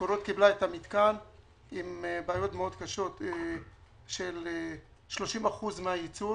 מקורות קיבלה את המתקן עם בעיות מאוד קשות של 30% מהייצור